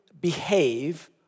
behave